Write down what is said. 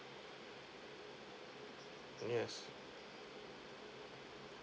yes